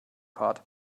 part